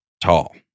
tall